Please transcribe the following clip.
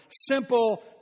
Simple